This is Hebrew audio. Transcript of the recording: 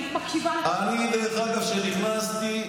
אני, דרך אגב, כשנכנסתי,